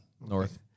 North